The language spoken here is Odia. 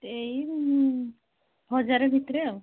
ଏଇ ହଜାରେ ଭିତରେ ଆଉ